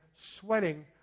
sweating